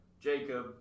Jacob